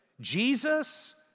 Jesus